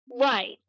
Right